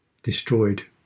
destroyed